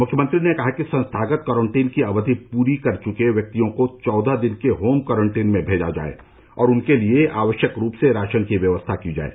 मुख्यमंत्री ने कहा कि संस्थागत कॉरन्टीन की अवधि पूरी कर चुके व्यक्तियों को चौदह दिन के होम कॉरन्टीन में भेजा जाए और उनके लिये आवश्यक रूप से राशन की व्यवस्था की जाये